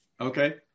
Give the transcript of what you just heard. Okay